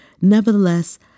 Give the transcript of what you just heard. Nevertheless